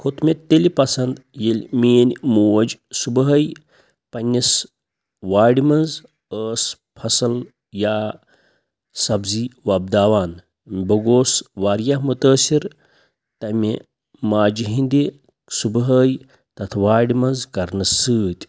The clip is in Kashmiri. کھوٚت مےٚ تیٚلہِ پَسنٛد ییٚلہِ میٛٲنۍ موج صُبحٲے پنٛنِس وارِ منٛز ٲس فَصٕل یا سبزی وۄپداوان بہٕ گوس واریاہ مُتٲثر تمہِ ماجہِ ہِنٛدِ صُبحٲے تَتھ وارِ منٛز کَرنہٕ سۭتۍ